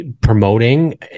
promoting